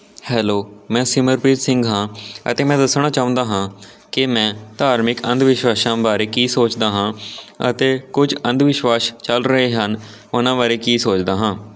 hello ਮੈਂ ਸਿਮਰਪ੍ਰੀਤ ਸਿੰਘ ਹਾਂ ਅਤੇ ਮੈਂ ਦੱਸਣਾ ਚਾਹੁੰਦਾ ਹਾਂ ਕਿ ਮੈਂ ਧਾਰਮਿਕ ਅੰਧ ਵਿਸ਼ਵਾਸਾਂ ਬਾਰੇ ਕੀ ਸੋਚਦਾ ਹਾਂ ਅਤੇ ਕੁਝ ਅੰਧ ਵਿਸ਼ਵਾਸ ਚੱਲ ਰਹੇ ਹਨ ਉਹਨਾਂ ਬਾਰੇ ਕੀ ਸੋਚਦਾ ਹਾਂ